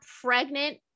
pregnant